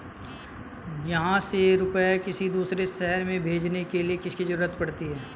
यहाँ से रुपये किसी दूसरे शहर में भेजने के लिए किसकी जरूरत पड़ती है?